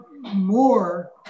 more